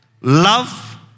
love